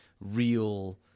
real